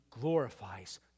glorifies